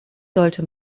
sollte